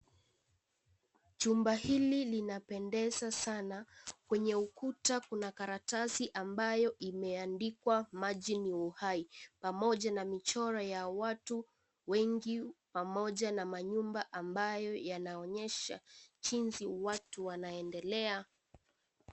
Jumba jili linapendeza sana. Kwenye ukuta kuna karatasi ambayo imeandikwa maji ni uhai pamoja na michoro ya watu wengi pamoja na manyumba ambayo yanaonyesha jinsi watu wanaendelea.